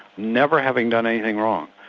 never having done anything wrong.